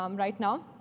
um right now.